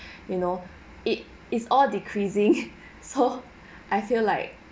you know it it's all decreasing so I feel like